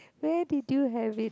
where did you have it